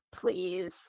please